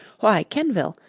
why, kenvil.